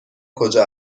کجا